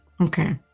Okay